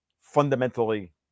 fundamentally